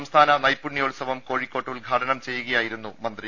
സംസ്ഥാന നൈപുണ്യോത്സവം കോഴിക്കോട്ട് ഉദ്ഘാടനം ചെയ്യുക യായിരുന്നു മന്ത്രി